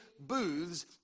booths